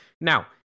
Now